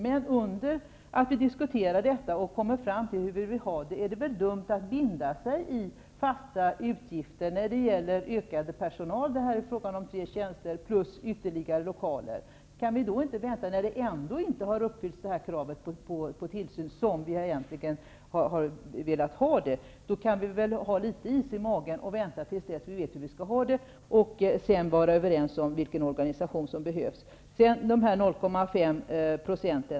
Men under tiden att vi diskuterar dessa frågor och kommer fram till hur vi vill ha det, är det väl dumt att binda sig i fasta utgifter för utökad personal -- det är fråga om tre tjänster -- plus ytterligare lokaler. När kravet på tillsyn ändå inte har uppfyllts såsom vi skulle ha velat ha det, kan vi väl ha litet is i magen och vänta tills dess vi vet hur det skall bli. Sedan kan vi komma överens om vilken organisation som behövs. Sedan har vi de 0,5 %.